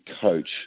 coach